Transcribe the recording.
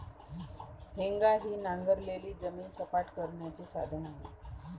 हेंगा हे नांगरलेली जमीन सपाट करण्याचे साधन आहे